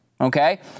Okay